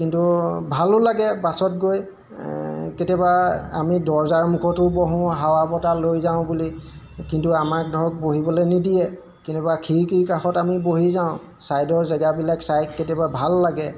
কিন্তু ভালো লাগে বাছত গৈ কেতিয়াবা আমি দৰ্জাৰ মুখতো বহোঁ হাৱা বতাহ লৈ যাওঁ বুলি কিন্তু আমাক ধৰক বহিবলৈ নিদিয়ে কেনেবা খিৰিকীৰ কাষত আমি বহি যাওঁ ছাইদৰ জেগাবিলাক চাই কেতিয়াবা ভাল লাগে